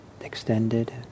extended